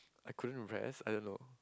I couldn't rest I don't know